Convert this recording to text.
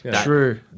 True